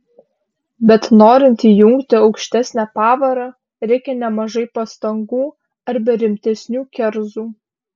bet norint įjungti aukštesnę pavarą reikia nemažai pastangų arba rimtesnių kerzų